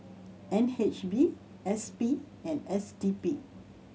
N H B S P and S D P